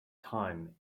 time